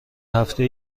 هفته